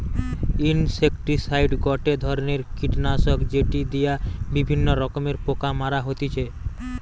insecticide গটে ধরণের কীটনাশক যেটি দিয়া বিভিন্ন রকমের পোকা মারা হতিছে